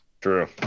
True